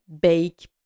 bake